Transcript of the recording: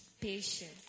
Patience